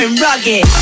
Rugged